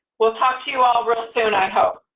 we'll talk to you all real soon, i hope.